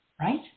right